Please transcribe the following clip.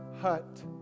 hut